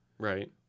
Right